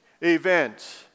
event